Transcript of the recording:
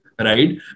right